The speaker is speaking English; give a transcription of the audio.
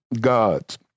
gods